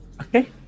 okay